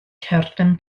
cerdyn